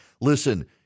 Listen